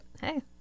hey